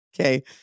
Okay